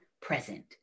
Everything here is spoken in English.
present